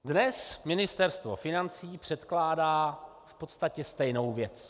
Dnes Ministerstvo financí předkládá v podstatě stejnou věc.